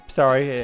sorry